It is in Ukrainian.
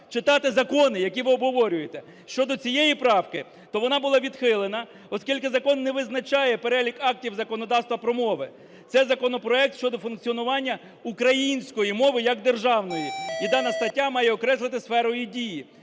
читати закони, які ви обговорюєте. Щодо цієї правки, то вона була відхилена, оскільки закон не визначає перелік актів законодавства про мови. Це законопроект щодо функціонування української мови як державної і дана стаття має окреслити сферу її дії.